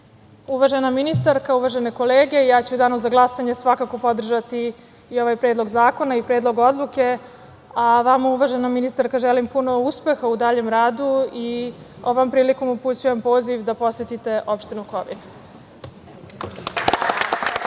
ministarka, uvažene kolege, ja ću u danu za glasanje svakako podržati i ovaj predlog zakona i predlog odluke, a vama uvažena ministarko želim puno uspeha u daljem radu i ovom prilikom upućujem poziv da posetite opštinu Kovin.